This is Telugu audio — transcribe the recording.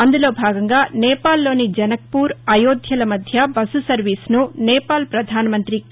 అందులో భాగంగా నేపాల్లోని జనక్పూర్ అయోధ్యల మధ్య బస్సు సర్వీసును నేపాల్ పధానమంతి కే